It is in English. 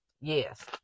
Yes